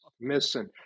missing